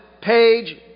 page